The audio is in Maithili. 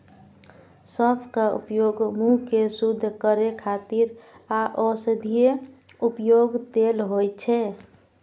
सौंफक उपयोग मुंह कें शुद्ध करै खातिर आ औषधीय उपयोग लेल होइ छै